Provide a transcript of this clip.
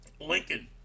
Lincoln